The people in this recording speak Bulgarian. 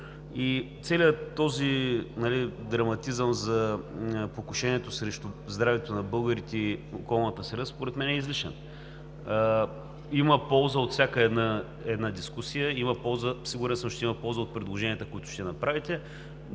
целият този драматизъм за покушението срещу здравето на българите и околната среда е излишен. Има полза от всяка една дискусия и съм сигурен, че ще има полза от предложенията, които ще направите,